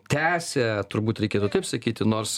tęsia turbūt reikėtų taip sakyti nors